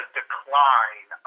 decline